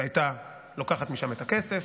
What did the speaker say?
והייתה לוקחת משם את הכסף,